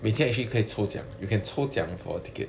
每天 actually 可以抽奖 you can 抽奖 for a ticket